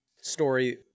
story